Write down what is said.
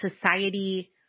society